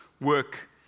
work